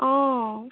অঁ